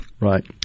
Right